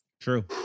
True